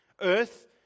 Earth